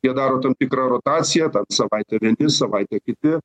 jie daro tam tikrą rotaciją ten savaitę vieni savaitę kiti